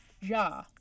ja